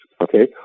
okay